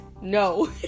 No